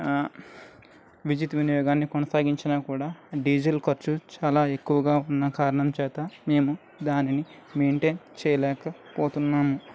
విద్యుత్ వినియోగాన్ని కొనసాగించిన కూడా డీజిల్ ఖర్చు చాలా ఎక్కువగా ఉన్న కారణం చేత మేము దానిని మెయింటైన్ చేయలేకపోతున్నాము